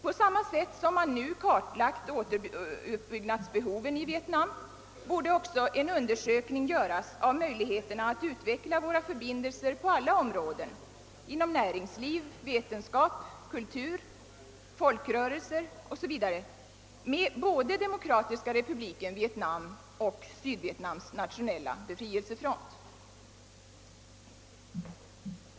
På samma sätt som man nu kartlagt återuppbyggnadsbehoven i «Vietnam borde också en undersökning göras av möjligheterna att utveckla våra förbindelser på alla områden — inom näringsliv, vetenskap, kultur, folkrörelser o.s.v. — med både Demokratiska republiken Vietnam och Sydvietnams nationella befrielsefront.